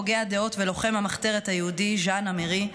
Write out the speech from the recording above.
הוגה הדעות ולוחם המחתרת היהודי ז'אן אמרי,